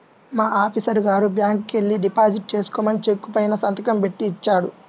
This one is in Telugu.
మా ఆఫీసరు గారు బ్యాంకుకెల్లి డిపాజిట్ చేసుకోమని చెక్కు పైన సంతకం బెట్టి ఇచ్చాడు